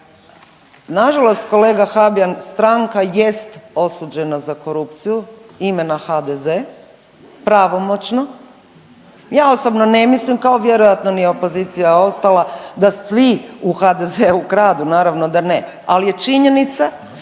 nažalost kolega Habijan stranka jest osuđena za korupciju imena HDZ pravomoćno. Ja osobno ne mislim kao vjerojatno ni opozicija ostala da svi u HDZ-u kradu, naravno da ne, ali je činjenica